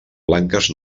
blanques